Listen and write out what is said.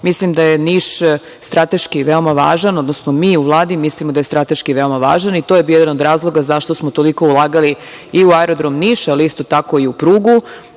Mislim da je Niš strateški veoma važan, odnosno mi u Vladi mislimo da je strateški veoma važan i to je bio jedan od razloga zašto smo toliko ulagali i u aerodrom Niš, ali isto tako i u prugu,